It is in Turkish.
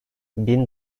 bin